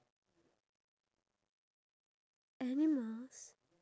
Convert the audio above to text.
we we we had that sausage before